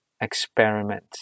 experiment